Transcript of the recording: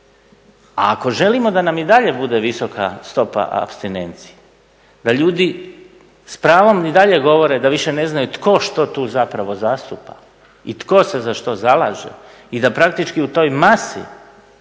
a ako želimo da nam i dalje bude visoka stopa apstinencije, da ljudi s pravom i dalje govore da više ne znaju tko što tu zapravo zastupa i tko se za što zalaže i da praktički u toj masi